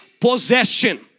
possession